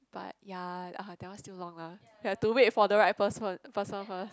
but ya ah that one still long lah have to wait for the right person person first